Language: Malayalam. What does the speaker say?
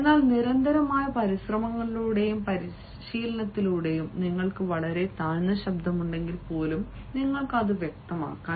എന്നാൽ നിരന്തരമായ പരിശ്രമങ്ങളിലൂടെയും പരിശീലനത്തിലൂടെയും നിങ്ങൾക്ക് വളരെ താഴ്ന്ന ശബ്ദമുണ്ടെങ്കിൽ പോലും നിങ്ങൾക്ക് അത് വ്യക്തമാക്കാം